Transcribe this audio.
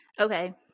Okay